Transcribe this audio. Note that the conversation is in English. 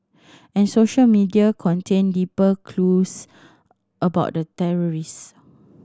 and social media contained deeper clues about the terrorist